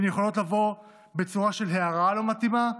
והן יכולות לבוא בצורה של הערה לא מתאימה,